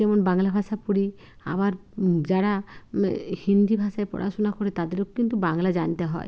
যেমন বাংলা ভাষা পড়ি আবার যারা হিন্দি ভাষায় পড়াশুনা করে তাদেরও কিন্তু বাংলা জানতে হয়